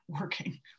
working